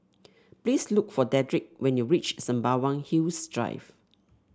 please look for Dedric when you reach Sembawang Hills Drive